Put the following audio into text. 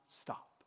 stop